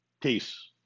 Peace